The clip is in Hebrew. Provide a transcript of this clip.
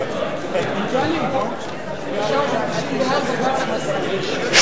קבוצת סיעת רע"ם-תע"ל וקבוצת סיעת בל"ד ושל